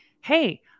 hey